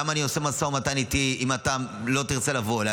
למה אני עושה משא ומתן אם אתה לא תרצה לבוא אליי?